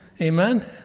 Amen